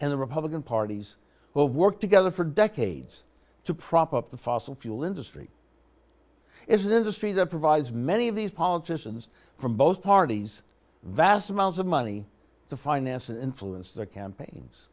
and the republican parties who have worked together for decades to prop up the fossil fuel industry is an industry that provides many of these politicians from both parties vast amounts of money to finance and influence their campaigns